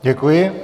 Děkuji.